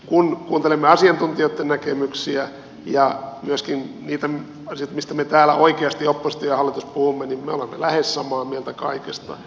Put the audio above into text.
kun kuuntelemme asiantuntijoitten näkemyksiä ja myöskin niitä asioita mistä me oppositio ja hallitus täällä oikeasti puhumme niin me olemme lähes samaa mieltä kaikesta